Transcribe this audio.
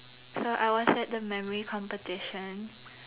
so I was at the memory competition